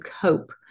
cope